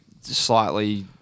Slightly